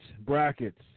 brackets